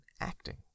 acting